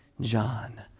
John